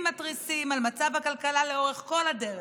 מתריסים על מצב הכלכלה לאורך כל הדרך.